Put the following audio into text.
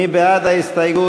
מי בעד ההסתייגות?